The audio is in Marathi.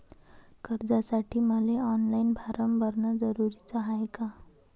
कर्जासाठी मले ऑनलाईन फारम भरन जरुरीच हाय का?